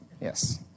Yes